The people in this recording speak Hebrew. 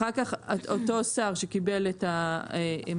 אחר כך אותו שר שקיבלת את העמדה,